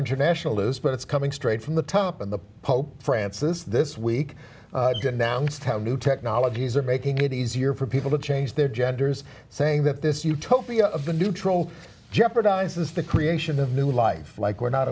international lose but it's coming straight from the top of the pope francis this week knowledge these are making it easier for people to change their genders saying that this utopia of a neutral jeopardizes the creation of new life like we're not